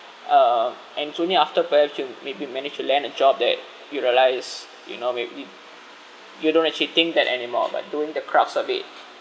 um and soonly after perhaps you may be managed to land a job that you realize you know maybe you don't actually think that anymore but during the crux of it